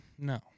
No